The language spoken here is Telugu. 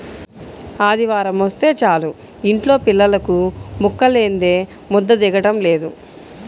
ఆదివారమొస్తే చాలు యింట్లో పిల్లలకు ముక్కలేందే ముద్ద దిగటం లేదు